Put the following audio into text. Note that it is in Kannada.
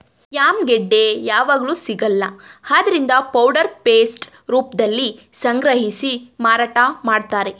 ಯಾಮ್ ಗೆಡ್ಡೆ ಯಾವಗ್ಲೂ ಸಿಗಲ್ಲ ಆದ್ರಿಂದ ಪೌಡರ್ ಪೇಸ್ಟ್ ರೂಪ್ದಲ್ಲಿ ಸಂಗ್ರಹಿಸಿ ಮಾರಾಟ ಮಾಡ್ತಾರೆ